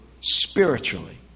spiritually